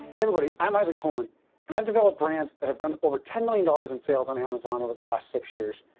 everybody. i'm isaac coleman and i've developed brands that have done over ten million dollars in sales on amazon over the last six years.